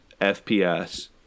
fps